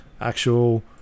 actual